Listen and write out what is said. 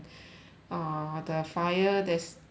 uh the fire there's is